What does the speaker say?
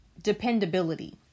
Dependability